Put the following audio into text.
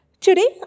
Today